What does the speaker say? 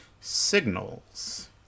Signals